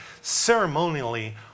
ceremonially